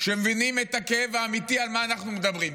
שמבינים את הכאב האמיתי על מה שאנחנו מדברים פה.